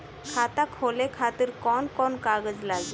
खाता खोले खातिर कौन कौन कागज लागी?